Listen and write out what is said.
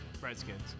Redskins